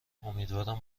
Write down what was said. امیدوارم